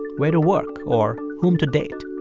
where to work or whom to date?